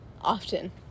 Often